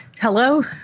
hello